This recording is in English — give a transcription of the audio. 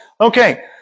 Okay